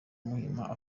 muhima